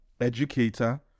educator